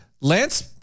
lance